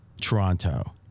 Toronto